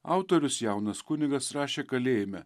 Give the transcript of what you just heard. autorius jaunas kunigas rašė kalėjime